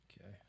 Okay